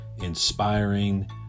inspiring